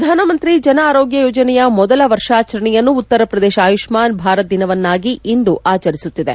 ಪ್ರಧಾನಮಂತ್ರಿ ಜನ್ ಆರೋಗ್ಯ ಯೋಜನೆಯ ಮೊದಲ ವರ್ಷಾಚರಣೆಯನ್ನು ಉತ್ತರಪ್ರದೇಶ ಆಯುಷ್ನಾನ್ ಭಾರತ್ ದಿನವನ್ನಾಗಿ ಇಂದು ಆಚರಿಸುತ್ತಿದೆ